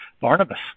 Barnabas